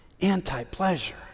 anti-pleasure